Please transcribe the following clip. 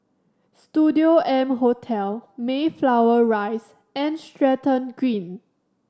Studio M Hotel Mayflower Rise and Stratton Green